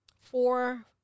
four